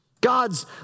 God's